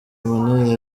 emmanuel